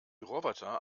roboter